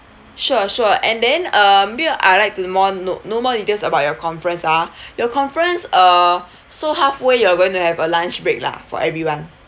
sure sure and then uh maybe I like to more kn~ know more details about your conference ah your conference err so halfway you're going to have a lunch break lah for everyone